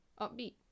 Upbeat